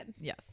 Yes